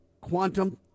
quantum